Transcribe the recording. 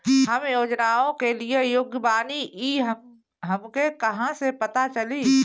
हम योजनाओ के लिए योग्य बानी ई हमके कहाँसे पता चली?